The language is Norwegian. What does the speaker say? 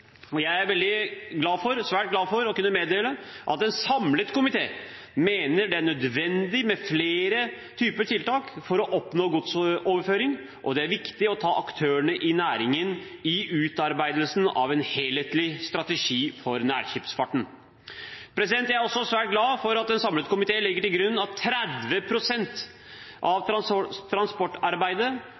Jeg er svært glad for å kunne meddele at en samlet komité mener det er nødvendig med flere typer tiltak for å oppnå godsoverføring, og at det er viktig å ta med aktørene i næringen i utarbeidelsen av en helhetlig strategi for nærskipsfarten. Jeg er også svært glad for at en samlet komité legger til grunn at 30 pst. av transportarbeidet